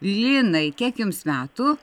linai kiek jums metų